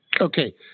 Okay